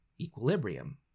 equilibrium